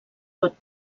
pot